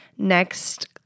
Next